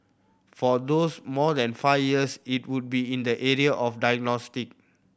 for those more than five years it would be in the area of diagnostic